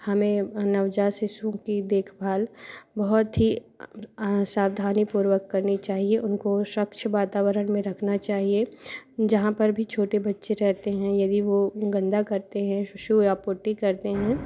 हमें नवजात शिशु की देखभाल बोहोत ही सावधानीपूर्वक करनी चाहिए उनको स्वच्छ वातावरण में रखना चाहिए जहाँ पर भी छोटे बच्चे रहते हैं यदि वो गंदा करते हैं शुशु या पॉटी करते हैं